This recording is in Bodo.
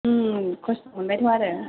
खस्त' मोनबायथ' आरो